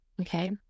okay